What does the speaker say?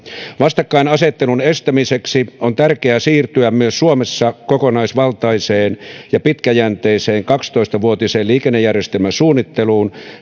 vastakkainasettelun estämiseksi on tärkeää siirtyä myös suomessa kokonaisvaltaiseen ja pitkäjänteiseen kaksitoista vuotiseen liikennejärjestelmäsuunnitteluun